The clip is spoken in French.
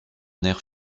nerfs